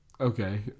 okay